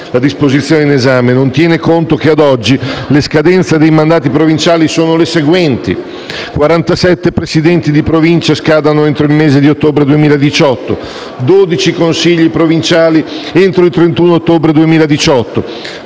La disposizione in esame non tiene conto che ad oggi, le scadenze dei mandati provinciali sono le seguenti: 47 presidenti di Provincia scadono entro il mese di ottobre 2018, 12 Consigli provinciali entro il 31 ottobre 2018,